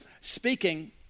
speaking